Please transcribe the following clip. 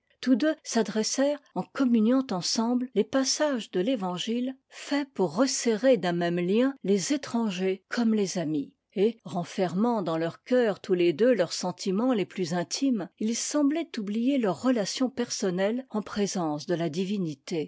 tous deux s'adressèrent en communiant ensemble les passages de l'évangile faits pour resserrer d'un même lien les étrangers comme es amis et renfermant dans leur coeur tous les deux leurs sentiments les plus intimes ils semblaient oublier leurs relations personnelles en présence de la divinité